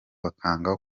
bakanga